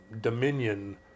dominion